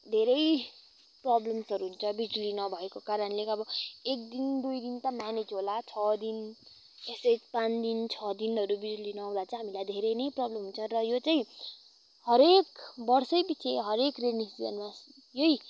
धेरै प्रब्लम्सहरू हुन्छ बिजुली नभएको कारणले अब एकदिन दुईदिन त म्यानेज होला छ दिन यस्तै पाँच दिन छ दिनहरू बिजुली नहुँदा चाहिँ हामीलाई धेरै नै प्रब्लमहरू हुन्छ यो चाहिँ हरेक बर्षै पिच्छे हरेक रेनी सिजनमा यही